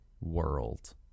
world